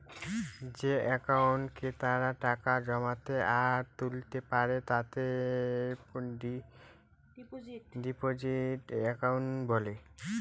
যে একাউন্টে ক্রেতারা টাকা জমাতে আর তুলতে পারে তাকে ডিপোজিট একাউন্ট বলে